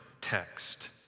text